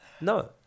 no